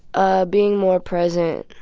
ah being more present.